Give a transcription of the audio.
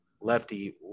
lefty